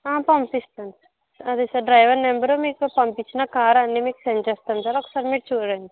పంపిస్తాం సర్ అదే sir driver number మీకు పంపిచ్చిన కారు అన్నీ మీకు సెండ్ చేస్తం సార్ ఒకసారి మీరు చూడండి